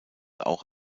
auch